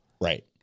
Right